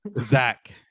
Zach